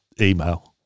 email